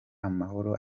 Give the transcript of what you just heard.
amahoro